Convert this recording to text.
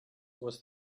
was